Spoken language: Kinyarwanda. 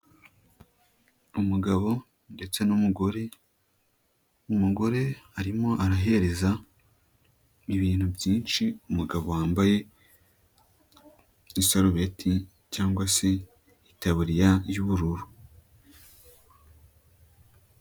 Umugabo ndetse n'umugore, umugore arimo arahereza ibintu byinshi umugabo wambaye isarubeti cyangwa se itaburiya y'ubururu.